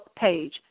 page